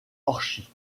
orchies